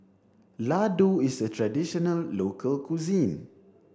Ladoo is a traditional local cuisine